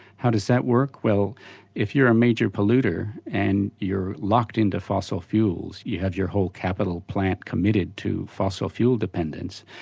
how does that work? well if you're a major polluter and you're locked into fossil fuels, you have whole capital plant committed to fossil fuel dependence,